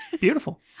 beautiful